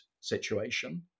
situation